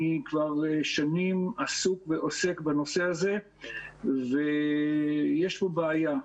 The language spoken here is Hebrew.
אני כבר שנים עסוק ועוסק בנושא הזה ויש פה בעיה.